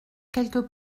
quelques